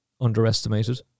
underestimated